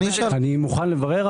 אני מוכן לברר.